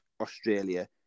Australia